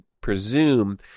presume